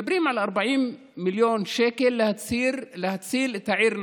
מדברים על 40 מיליון שקל להציל את העיר נצרת.